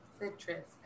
citrus